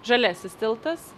žaliasis tiltas